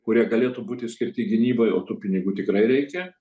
kurie galėtų būti skirti gynybai o tų pinigų tikrai reikia